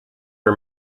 for